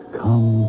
come